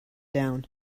down